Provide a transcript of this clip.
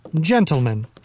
gentlemen